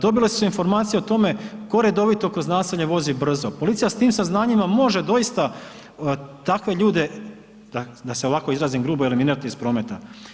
Dobile su informaciju o tome tko redovito kroz naselje vozi brzo, policija s tim saznanjima može doista takve ljude, da se ovako izrazim grubo eliminirati iz prometa.